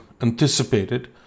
anticipated